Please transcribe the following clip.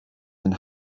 and